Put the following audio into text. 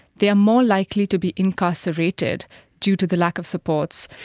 they are more likely to be incarcerated due to the lack of supports.